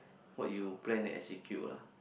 what you plan as you queue lah